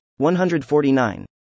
149